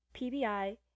PBI